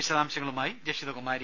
വിശദാംശങ്ങളുമായി ജഷിത കുമാരി